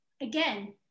again